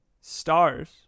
Stars